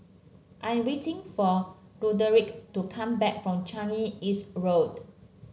I am waiting for Roderick to come back from Changi East Road